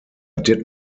did